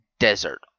Desert